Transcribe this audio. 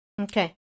Okay